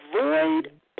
avoid